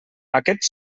aquests